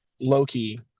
loki